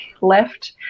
left